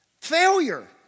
Failure